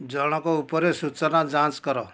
ଜଣଙ୍କ ଉପରେ ସୂଚନା ଯାଞ୍ଚ କର